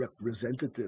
representative